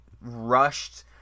rushed